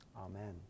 Amen